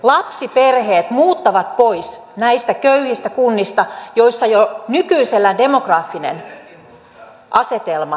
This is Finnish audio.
lapsiperheet muuttavat pois näistä köyhistä kunnista joissa jo nykyisellään demografinen asetelma on hankala